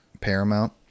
Paramount